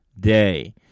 Day